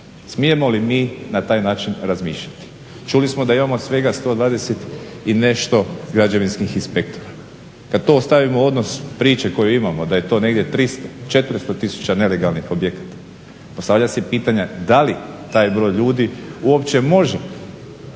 Smijemo li mi na taj način razmišljati? Čuli smo da imamo svega 120 i nešto građevinskih inspektora, kad to stavimo u odnos priče koje imamo, da je to negdje 300, 400 tisuća nelegalnih objekata. Postavlja se pitanje, da li taj broj ljudi uopće može,